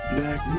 Black